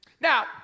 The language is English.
Now